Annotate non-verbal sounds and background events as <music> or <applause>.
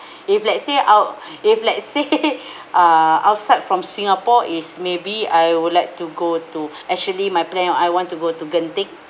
<breath> if let's say out <breath> if let's say <laughs> <breath> uh outside from singapore is maybe I would like to go to <breath> actually my plan I want to go to genting